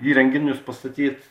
įrenginius pastatyt